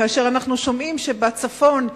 כאשר אנחנו שומעים שבצפון,